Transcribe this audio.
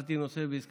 בחרתי נושא והזכרתי.